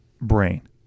brain